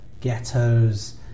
ghettos